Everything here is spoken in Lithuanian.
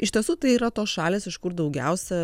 iš tiesų tai yra tos šalys iš kur daugiausia